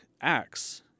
acts